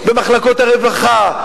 במחלקות הרווחה,